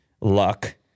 luck